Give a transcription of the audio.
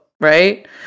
right